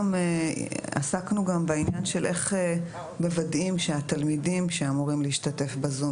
עסקנו גם בעניין של איך מוודאים שהתלמידים שאמורים להשתתף בזום,